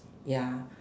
ya